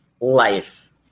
life